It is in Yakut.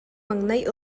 маҥнай